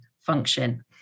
function